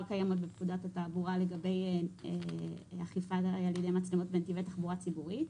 קיימות בפקודת התעבורה לגבי אכיפה על ידי מצלמות בנתיבי תחבורה ציבורית.